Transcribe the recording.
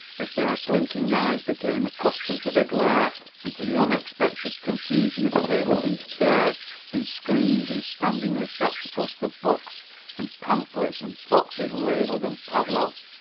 as their blinking eyes became accustomed to the glare and to the unexpected confusion of tables and chairs and screens and standing receptacles for books and pamphlets and boxes labelled and padlocked,